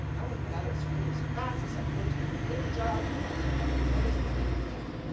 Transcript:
get out of school as fast as i could and get a job and help my mother. that was my aim in life.